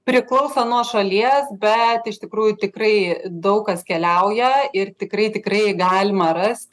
priklauso nuo šalies bet iš tikrųjų tikrai daug kas keliauja ir tikrai tikrai galima rasti